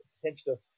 potential